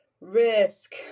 Risk